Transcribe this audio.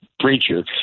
preacher